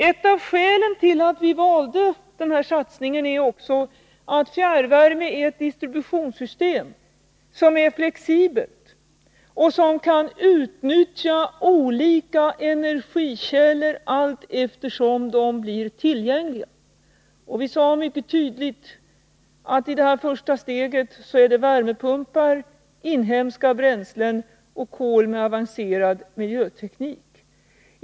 Ett av skälen till att vi valde denna satsning är att fjärrvärme är ett distributionssystem som är flexibelt och som kan utnyttja olika energikällor allteftersom de blir tillgängliga. Vi sade mycket tydligt att det i första steget är fråga om värmepumpar, inhemska bränslen och kol med avancerad miljöteknik.